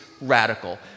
radical